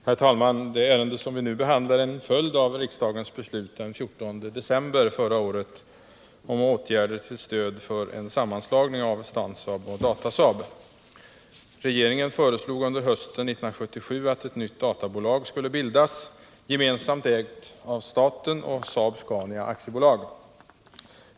Herr talman! Det ärende som vi nu behandlar är en följd av riksdagens beslut den 14 december förra året om åtgärder till stöd för en sammanslagning av Stansaab och Datasaab. Regeringen föreslog under hösten 1977 att ett nytt databolag skulle bildas, gemensamt ägt av staten och Saab-Scania AB.